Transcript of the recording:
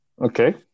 Okay